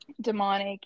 demonic